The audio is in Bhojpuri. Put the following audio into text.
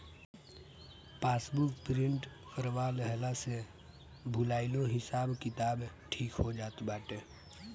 पासबुक प्रिंट करवा लेहला से भूलाइलो हिसाब किताब ठीक हो जात बाटे